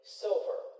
silver